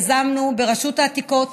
יזמנו ברשות העתיקות,